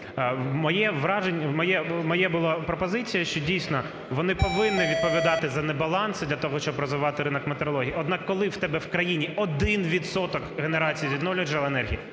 Моє враження... Моя була пропозиція, що дійсно вони повинні відповідати за небаланс для того, щоб розвивати ринок метрології. Однак коли в тебе в країні один відсоток генерації